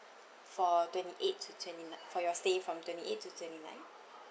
for twenty eighth to twenty ni~ for your stay from twenty eighth to twenty ninth